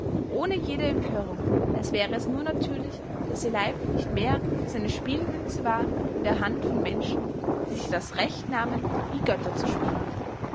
ohne jede empörung als wäre es nur natürlich daß ihr leib nicht mehr als eine spielmünze war in der hand von menschen die sich das recht nahmen wie götter zu spielen